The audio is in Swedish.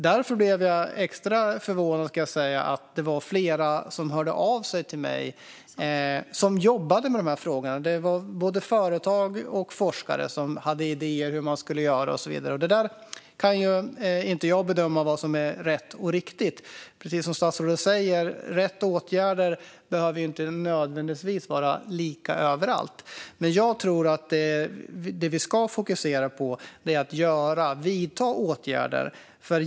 Därför blev jag extra förvånad över att det vara flera som hörde av sig till mig och som jobbar med dessa frågor. Det var både företag och forskare som hade idéer om hur man ska göra. Jag kan inte bedöma vad som är rätt och riktigt. Precis som statsrådet säger behöver rätt åtgärder inte nödvändigtvis vara lika överallt. Men jag tror att det som vi ska fokusera på är att vidta åtgärder.